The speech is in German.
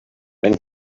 wenn